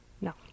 No